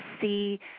see